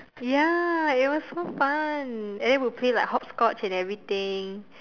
ya it was so fun and then we play like hop scotch and everything